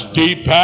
deep